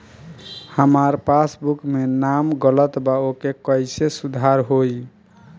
हमार पासबुक मे नाम गलत बा ओके कैसे सुधार होई?